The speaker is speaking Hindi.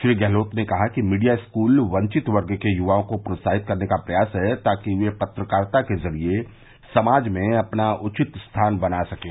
श्री गहलोत ने कहा कि मीडिया स्कूल वंवित वर्ग के युवाओं को प्रोत्साहित करने का प्रयास है ताकि वे पत्रकारिता के जरिये समाज में अपना उचित स्थान बना सकें